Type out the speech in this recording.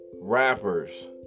rappers